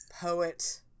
poet